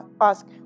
ask